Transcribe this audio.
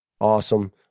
Awesome